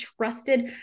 trusted